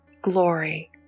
Glory